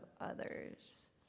others